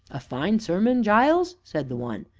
a fine sermon, giles said the one.